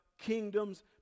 kingdoms